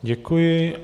Děkuji.